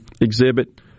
exhibit